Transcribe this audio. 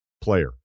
player